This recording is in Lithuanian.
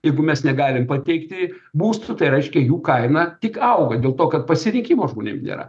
jeigu mes negalim pateikti būstų tai reiškia jų kaina tik auga dėl to kad pasirinkimo žmonėm nėra